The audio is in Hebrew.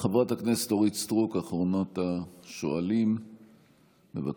חברת הכנסת אורית סטרוק, אחרונת השואלים, בבקשה.